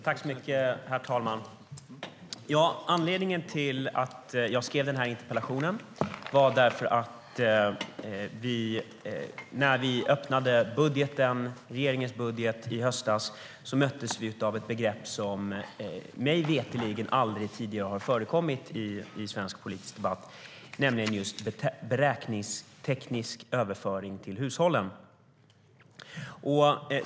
Herr talman! Anledningen till att jag skrev interpellationen är att vi när vi öppnade regeringens budget i höstas möttes av ett begrepp som mig veterligen aldrig tidigare har förekommit i svensk politisk debatt, nämligen just beräkningsteknisk överföring till hushållen.